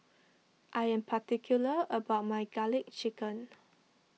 I am particular about my Garlic Chicken